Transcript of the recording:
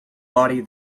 body